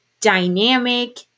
dynamic